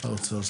האוצר.